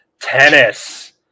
tennis